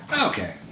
Okay